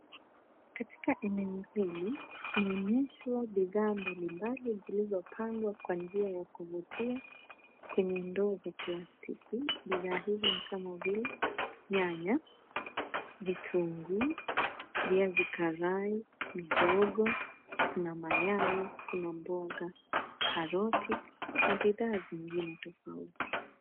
Katika eneo hili, tunaonyeshwa bidhaa mbali mbali zilizopangwa kwa njia ya kuvutia kwenye ndo za plastiki. Bidhaa hivyo nikama vile nyanya, vitungu, vyazikarai, mihogo, kuna mayai, kuna mboga, karoti na bidhaa zingine tofauti.